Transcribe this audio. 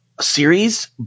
Series